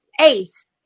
Ace